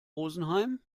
rosenheim